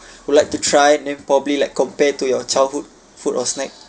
would like to try and then probably like compare to your childhood food or snack